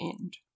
end